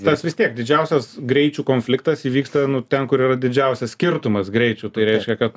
tas vis tiek didžiausias greičių konfliktas įvyksta ten kur yra didžiausias skirtumas greičių tai reiškia kad